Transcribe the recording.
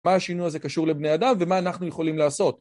מה השינוי הזה קשור לבני אדם, ומה אנחנו יכולים לעשות.